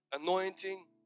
Anointing